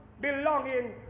belonging